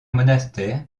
monastère